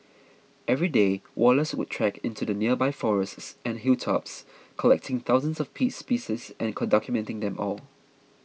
every day Wallace would trek into the nearby forests and hilltops collecting thousands of piece species and documenting them all